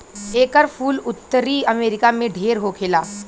एकर फूल उत्तरी अमेरिका में ढेर होखेला